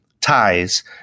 ties